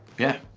yeah,